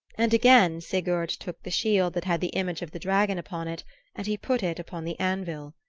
and again sigurd took the shield that had the image of the dragon upon it and he put it upon the anvil.